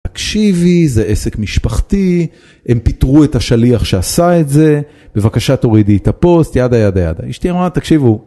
תקשיבי, זה עסק משפחתי, הם פיטרו את השליח שעשה את זה, בבקשה תורידי את הפוסט, ידה, ידה, ידה. אשתי אמרה, תקשיבו.